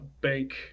bank